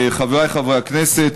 חבריי חברי הכנסת,